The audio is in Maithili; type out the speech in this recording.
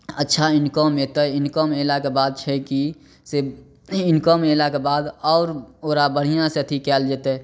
अच्छा इनकम अएतै इनकम अएलाके बाद छै कि से इनकम अएलाके बाद आओर ओकरा बढ़िआँसे अथी कएल जेतै